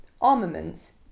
armaments